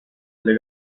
alle